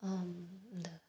இந்த